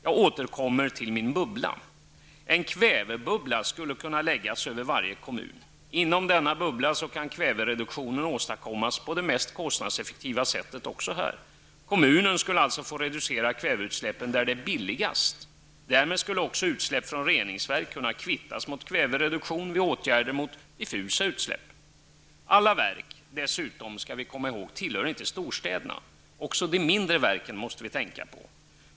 Jag återkommer till min idé om en ''bubbla''. En ''kvävebubbla'' skulle kunna läggas över varje kommun. Inom bubblan kan kvävereduktionen åstadkommas på det mest kostnadseffektiva sättet. Kommunen skulle alltså få reducera kväveutsläppen där det är billigast. Därmed skulle också utsläpp från reningsverk kunna kvittas mot kvävereduktion vid åtgärder mot diffusa utsläpp. Vi skall dessutom komma ihåg att inte alla verk tillhör storstäderna. Också de mindre verken måste vi tänka på.